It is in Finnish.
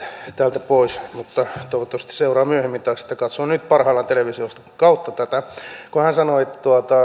täältä pois mutta toivottavasti seuraa myöhemmin tai katsoo nyt parhaillaan television kautta tätä hän sanoi että